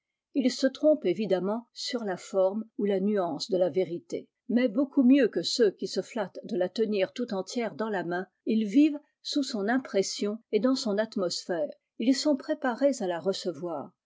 iltf se trompent évidemment sur la forme ou la nuance de la vérité mais beaucoup mieux que ceux qui se flattent de la tenir tout entière dans la main ils vivent sous son impression et dans son atmosphère ils sont préparés h la recevoir